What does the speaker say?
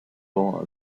for